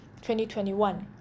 2021